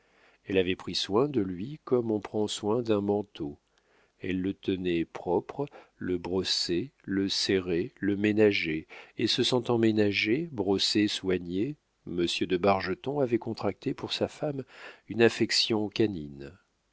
elle avait pris soin de lui comme on prend soin d'un manteau elle le tenait propre le brossait le serrait le ménageait et se sentant ménagé brossé soigné monsieur de bargeton avait contracté pour sa femme une affection canine